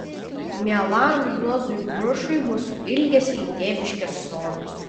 mielam juozui grušui mūsų ilgesį į tėviškės sodus